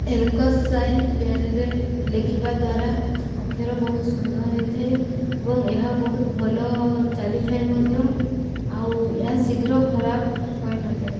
Elkos sign ପେନ୍ରେ ଲେଖିବା ଦ୍ୱାରା ଅକ୍ଷର ବହୁତ ସୁନ୍ଦର ହେଇଥାଏ ଏବଂ ଏହା ବହୁତ ଭଲ ଚାଲି ଥାଏ ମଧ୍ୟ ଆଉ ଏହା ଶୀଘ୍ର ଖରାପ ହୋଇନଥାଏ